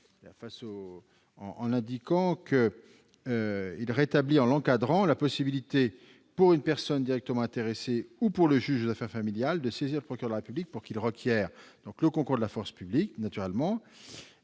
vise lui aussi à rétablir la possibilité pour une personne directement intéressée ou pour le juge aux affaires familiales de saisir le procureur de la République pour qu'il requière le concours de la force publique, mais, cette